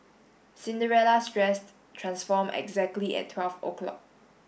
Cinderella's dress transformed exactly at twelve o'clock